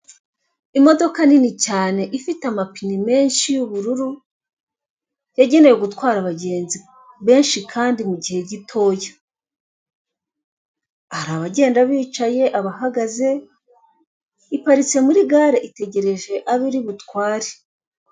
Imodoka nini cyane ifite amapine menshi y'ubururu, yagenewe gutwara abagenzi benshi kandi mu gihe gitoya, hari abagenda bicaye, bahagaze, iparitse muri gare itegereje abo iri butware.